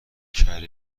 کره